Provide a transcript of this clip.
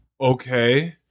Okay